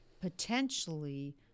potentially